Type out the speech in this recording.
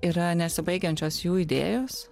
yra nesibaigiančios jų idėjos